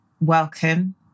welcome